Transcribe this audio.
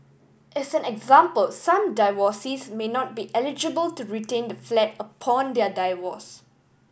as an example some divorcees may not be eligible to retain the flat upon their divorce